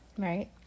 right